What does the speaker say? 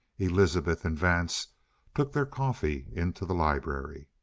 elizabeth and vance took their coffee into the library.